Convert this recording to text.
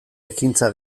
ekintza